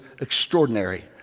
extraordinary